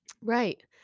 Right